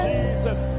Jesus